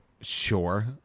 Sure